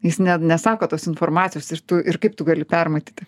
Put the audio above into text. jis ne ne sako tos informacijos ir tu ir kaip tu gali permatyti